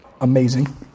amazing